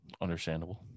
understandable